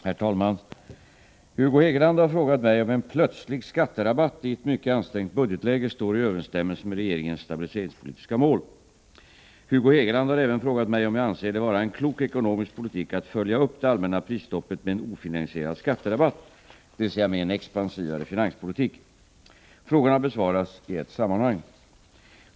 Herr talman! Hugo Hegeland har frågat mig om en plötslig skatterabatt i ett mycket ansträngt budgetläge står i överensstämmelse med regeringens stabiliseringspolitiska mål. Hugo Hegeland har även frågat mig om jag anser det vara en klok ekonomisk politik att följa upp det allmänna prisstoppet med en ofinansierad skatterabatt, dvs. med en expansivare finanspolitik. Frågorna besvaras i ett sammanhang.